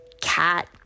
cat